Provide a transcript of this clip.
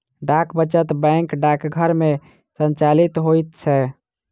डाक वचत बैंक डाकघर मे संचालित होइत छै